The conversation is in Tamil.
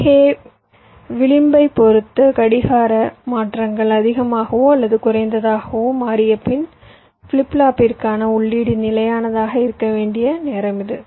ஆகவே விளிம்பைப் பொறுத்து கடிகார மாற்றங்கள் அதிகமாகவோ அல்லது குறைவாகவோ மாறிய பின் ஃபிளிப் ஃப்ளாப்பிற்கான உள்ளீடு நிலையானதாக இருக்க வேண்டிய நேரம் இது